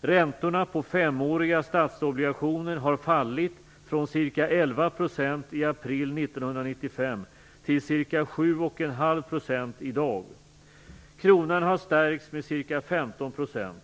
Räntorna på femåriga statsobligationer har fallit från ca 11 % i april 1995 till ca 7,5 % i dag. Kronan har stärkts med ca 15 %.